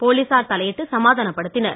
போலீசார் தலையிட்டு சமாதானப் படுத்தினர்